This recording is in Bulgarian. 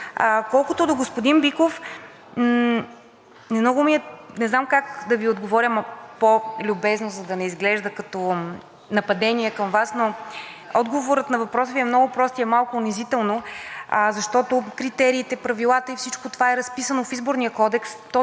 Колкото до господин Биков, не знам как да Ви отговоря, ама по-любезно, за да не изглежда като нападение към Вас, но отговорът на въпроса Ви е много прост и е малко унизително, защото критериите, правилата и всичко това е разписано в Изборния кодекс,